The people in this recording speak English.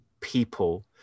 people